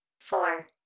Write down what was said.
four